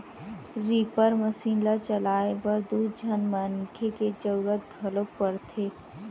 reaper machine ल चलाए बर दू झन मनखे के जरूरत घलोक परथे